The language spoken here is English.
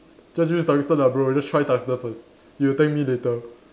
just use tungsten lah bro just try tungsten first you'll thank me later